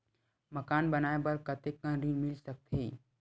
मकान बनाये बर कतेकन ऋण मिल सकथे?